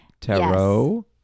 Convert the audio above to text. Tarot